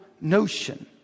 notion